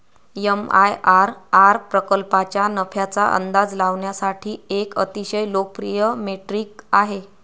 MIRR प्रकल्पाच्या नफ्याचा अंदाज लावण्यासाठी एक अतिशय लोकप्रिय मेट्रिक आहे